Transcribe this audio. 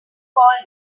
called